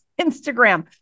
Instagram